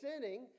sinning